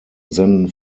senden